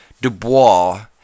Dubois